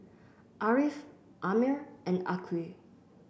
Ariff Ammir and Aqil